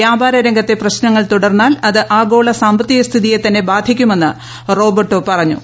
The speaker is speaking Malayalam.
വ്യാപാര രംഗത്തെ പ്രശ്നങ്ങൾ തുടർന്നാൽ അത് ആഗോള സാമ്പത്തിക സ്ഥിതിയെ തന്നെ ബാധിക്കുമെന്ന് റോബർട്ടോ പറഞ്ഞു